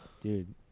Dude